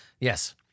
Yes